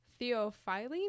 theophylline